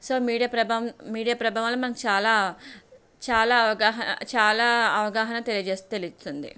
so media ప్రభావం వల్ల మనకు చాలా చాలా అవగాహన చాలా అవగాహన తెలియజేస్తుంది తెలుస్తుంది